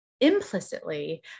implicitly